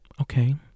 Okay